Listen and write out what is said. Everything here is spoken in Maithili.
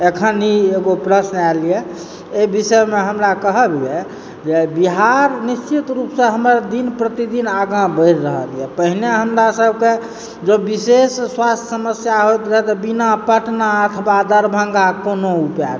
अखन ई एगो प्रश्न आयल यऽ एहि विषयमे हमरा कहब यऽ जे बिहार निश्चित रूपसँ हमर दिन प्रतिदिन आगाँ बढ़ि रहल यऽ पहिने हमरा सभके जँ बिशेष स्वास्थ समस्या होइत रहै तऽ बिना पटना अथवा दरभङ्गा कोनो उपाय नहि